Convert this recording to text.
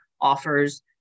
offers